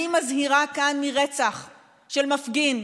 אני מזהירה כאן מרצח של מפגין,